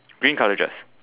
green colour dress